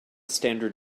standard